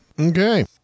Okay